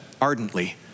ardently